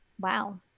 Wow